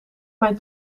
mijn